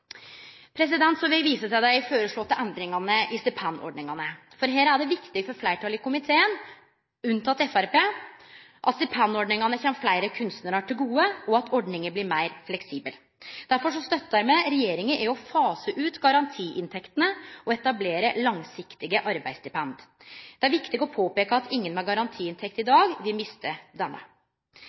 Så vil eg vise til dei føreslåtte endringane i stipendordningane. Her er det viktig for fleirtalet i komiteen, unnateke Framstegspartiet, at stipendordningane kjem fleire kunstnarar til gode, og at ordningane blir meir fleksible. Derfor støttar me regjeringa i å fase ut garantiinntektene og etablere langsiktige arbeidsstipend. Det er viktig å påpeike at ingen med garantiinntekt i dag vil miste denne.